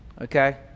okay